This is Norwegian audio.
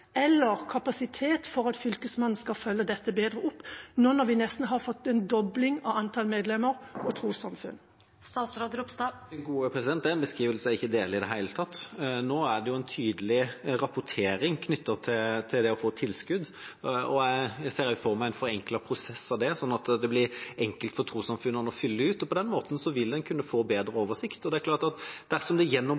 eller kapasitet for at Fylkesmannen skal følge dette bedre opp, nå når vi nesten har fått en dobling av antall medlemmer og trossamfunn. Det er en beskrivelse jeg ikke er enig i i det hele tatt. Nå er tydelig rapportering knyttet til det å få tilskudd, og jeg ser da også for meg en forenklet prosess, at det blir enkelt for trossamfunnene å fylle ut, og på den måten vil en kunne få bedre